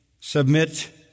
submit